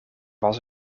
was